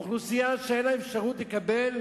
באוכלוסייה שאין לה אפשרות לקבל